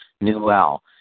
Newell